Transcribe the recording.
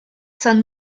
son